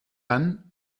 dann